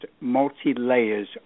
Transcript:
multi-layers